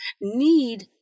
need